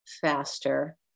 faster